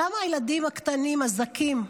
כמה הילדים הקטנים, הזכים,